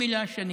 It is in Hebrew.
בכבוד מלא,